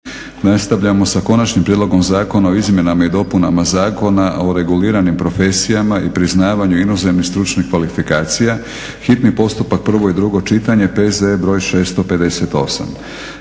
Nastavljamo sa: - Konačnim prijedlogom Zakon o izmjenama i dopunama zakona o reguliranim profesijama i priznavanju inozemnih stručnih kvalifikacija, hitni postupak, prvo i drugo čitanje, P.Z.E.br.665.